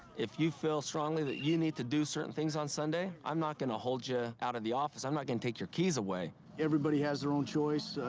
if you feel strongly that you need to do certain things on sunday, i'm not gonna hold you out of the office, i'm not gonna take your keys away. everybody has their own choice.